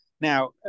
Now